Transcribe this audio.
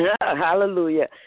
Hallelujah